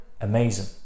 amazing